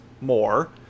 more